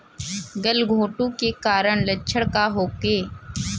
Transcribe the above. गलघोंटु के कारण लक्षण का होखे?